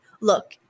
look